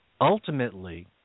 ultimately